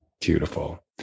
beautiful